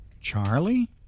Charlie